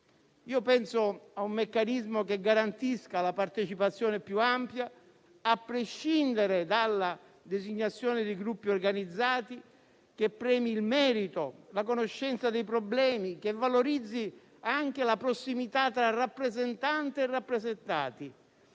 Penso a un meccanismo che garantisca la partecipazione più ampia a prescindere dalla designazione di gruppi organizzati, che premi il merito, la conoscenza dei problemi, che valorizzi anche la prossimità tra rappresentanti e rappresentati.